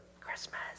Christmas